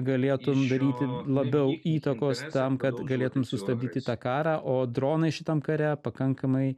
galėtum daryti labiau įtakos tam kad galėtum sustabdyti tą karą o dronai šitam kare pakankamai